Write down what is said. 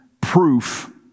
proof